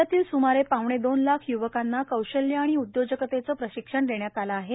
राज्यातील सुमारे पावणे दोन लाख युवकांना कौशल्य आणि उदयोजकतेचे प्रशिक्षण देण्यात आले आहे